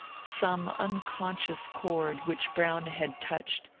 some unconscious chord which brown had touched,